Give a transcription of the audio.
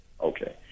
Okay